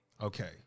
okay